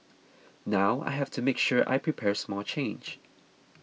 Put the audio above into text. now I have to make sure I prepare small change